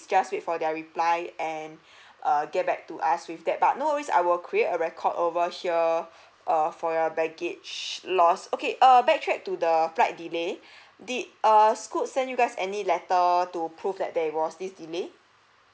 just wait for their reply and err get back to us with that but no worries I will create a record over here err for your baggage lost okay err back track to the flight delay did err scoot send you guys any letter to prove that there was this delay